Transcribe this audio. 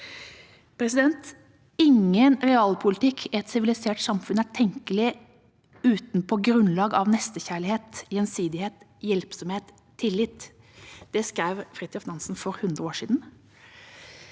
den. «Ingen realpolitikk i et sivilisert samfunn er tenkelig uten på grunnlag av nestekjærlighet, gjensidighet, hjelpsomhet, tillit.» Det skrev Fridtjof Nansen for hundre år siden,